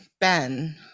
Ben